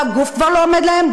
והגוף כבר לא עומד להן,